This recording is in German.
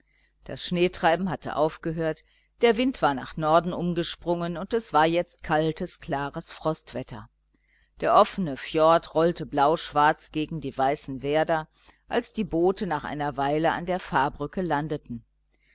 das schneetreiben hatte aufgehört der wind war nach norden umgesprungen und es war jetzt kaltes klares frostwetter der offene fjord rollte blauschwarz gegen die weißen werder als die boote nach einer weile an der pfarrbrücke landeten